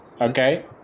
Okay